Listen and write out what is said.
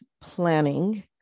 planning